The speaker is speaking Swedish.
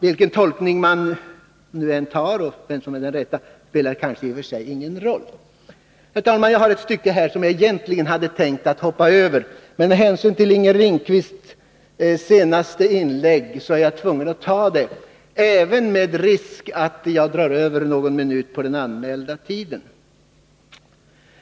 Vilken tolkning som är den rätta spelar kanske i och för sig ingen roll. Herr talman! Jag har ett stycke i mitt manuskript som jag egentligen hade tänkt att hoppa över, men med hänsyn till Inger Lindquists senaste inlägg är jag tvungen att ta med det med risk att jag med någon minut överskrider den anmälda tiden.